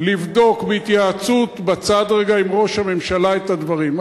לבדוק בהתייעצות בצד רגע עם ראש הממשלה את הדברים.